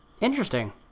Interesting